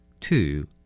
Two